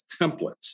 templates